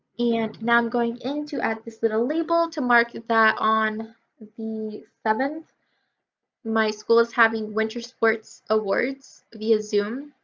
and now i'm going in to add this little label to market that on the seventh my school is having winter sports awards via zoom.